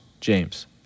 James